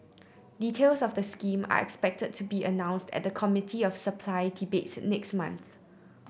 details of the scheme are expected to be announced at the Committee of Supply debate next month